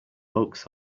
bucks